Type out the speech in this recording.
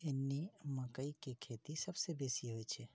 एने मकइके खेती सभसँ बेसी होइ छै